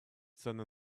цены